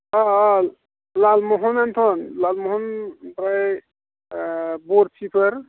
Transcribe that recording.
अ अ लालमहनानोथ' लालमहन ओमफ्राय बरफिफोर